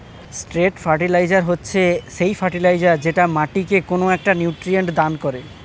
straight fertiliser হচ্ছে সেই fertiliser যেটা মাটিকে কোনো একটা নিউট্রিয়েন্ট দান করে